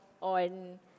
on